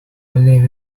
olivia